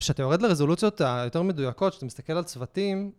כשאתה יורד לרזולוציות היותר מדויקות, כשאתה מסתכל על צוותים...